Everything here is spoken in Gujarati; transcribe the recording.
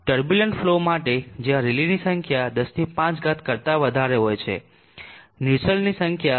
ટર્બુલંટ ફલો માટે જ્યાં રેલીની સંખ્યા 105 કરતા વધારે હોય છે નુસેલ્ટની સંખ્યા 0